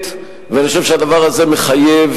אני חושב שהדבר הזה מחייב